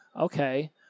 okay